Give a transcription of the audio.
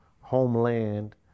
homeland